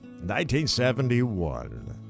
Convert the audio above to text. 1971